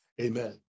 amen